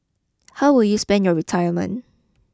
how will you spend your retirement